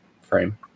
frame